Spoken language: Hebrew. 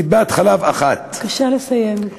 טיפת-חלב אחת, בבקשה לסיים.